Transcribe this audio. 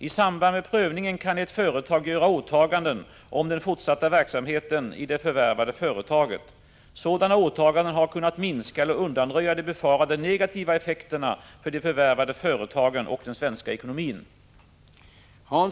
I samband med prövningen kan ett företag göra åtaganden om den fortsatta verksamheten i det förvärvade företaget. Sådana åtaganden har kunnat minska eller undanröja de befarade negativa effekterna för de förvärvade företagen och den svenska ekonomin.